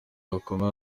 gakomeye